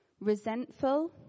resentful